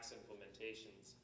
implementations